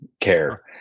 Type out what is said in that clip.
care